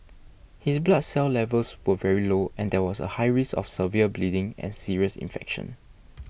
his blood cell levels were very low and there was a high risk of severe bleeding and serious infection